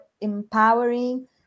empowering